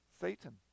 Satan